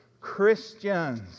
Christians